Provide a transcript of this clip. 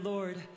Lord